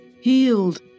healed